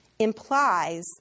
implies